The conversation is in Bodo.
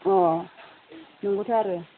अ नोंगौथ' आरो